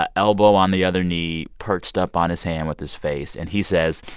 ah elbow on the other knee, perched up on his hand with his face. and he says,